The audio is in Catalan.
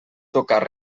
tocar